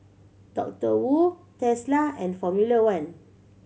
Doctor Wu Tesla and Formula One